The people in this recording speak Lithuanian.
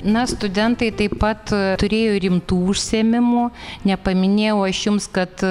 na studentai taip pat turėjo rimtų užsiėmimų nepaminėjau aš jums kad